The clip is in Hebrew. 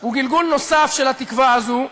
הוא גלגול נוסף של התקווה הזו,